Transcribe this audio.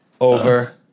over